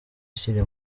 akiri